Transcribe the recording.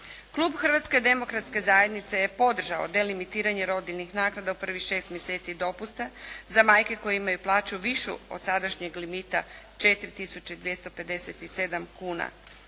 Klub Hrvatske demokratske zajednice je podržao delimitiranje rodiljnih naknada u prvih 6 mjeseci dopusta za majke koje imaju plaću od sadašnjeg limita 4 tisuća